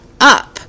up